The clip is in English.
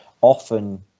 often